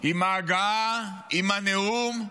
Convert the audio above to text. עם ההגעה, עם הנאום,